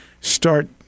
start